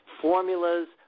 formulas